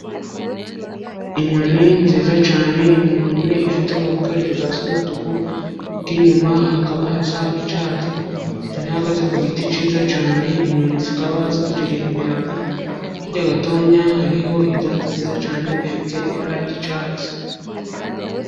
Inyoni nziza cyane, inyoni ifite umuntwe hejuru hasa n'umutuku, iyuma hakaba hasa icyatsi, ihagaze ku giti cyiza cyane, inyoni zikaba zituririmbira, hirya gatoya hariho ibyatsi byiza cyane bifite ibara ry'icatsi.